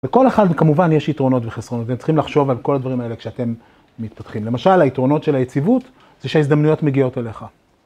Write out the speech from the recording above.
וכל אחד וכמובן יש יתרונות וחסרונות, ואתם צריכים לחשוב על כל הדברים האלה כשאתם מתפתחים. למשל, היתרונות של היציבות זה שההזדמנויות מגיעות אליך.